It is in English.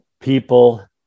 people